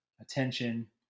attention